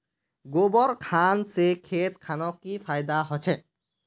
गोबर खान से खेत खानोक की फायदा होछै?